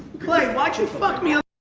clay why'd fuck me up.